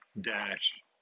Dash